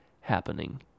happening